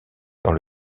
dans